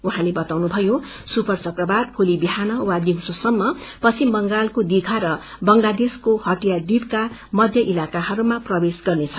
उहाँले बाउनुभयो सुपर चक्रवात ीोलि बिहान वा दिउँसोसम्म पश्चिम बंगालको दीघा र बंगलादेशको हटिया द्वीप का मध्य अलाकाहरूमा प्रवेश गर्नेछ